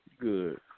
Good